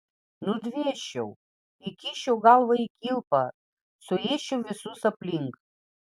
nudvėsčiau įkiščiau galvą į kilpą suėsčiau visus aplink